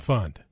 Fund